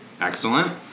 excellent